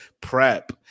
Prep